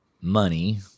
money